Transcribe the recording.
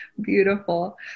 beautiful